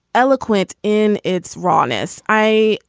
eloquent in its rawness. i.